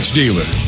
dealer